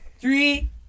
three